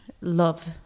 love